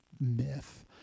myth